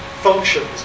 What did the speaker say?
functions